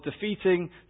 defeating